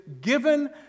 given